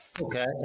Okay